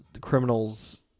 criminals